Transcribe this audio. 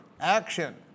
action